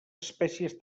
espècies